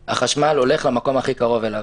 כי החשמל הולך למקום הכי קרוב אליו.